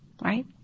right